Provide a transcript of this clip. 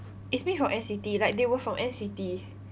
it's made from N_C_T like they were from N_C_T